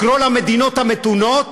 לקרוא למדינות המתונות